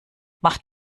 macht